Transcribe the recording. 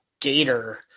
gator